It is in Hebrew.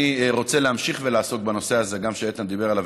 אני רוצה להמשיך ולעסוק גם בנושא הזה שאיתן דיבר עליו,